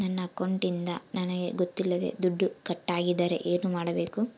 ನನ್ನ ಅಕೌಂಟಿಂದ ನನಗೆ ಗೊತ್ತಿಲ್ಲದೆ ದುಡ್ಡು ಕಟ್ಟಾಗಿದ್ದರೆ ಏನು ಮಾಡಬೇಕು?